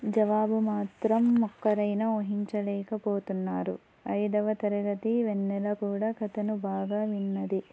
జవాబు మాత్రం ఒక్కరు అయిన ఊహించలేకపోతున్నారు ఐదవ తరగతి వెన్నెల కూడా కథను బాగా విన్నది